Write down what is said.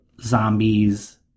zombies